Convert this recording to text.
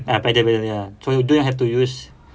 ah pedal pedal ya so they have to use